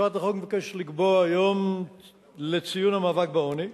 הצעת החוק מבקשת לקבוע יום לציון המאבק בעוני.